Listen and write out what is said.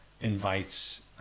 invites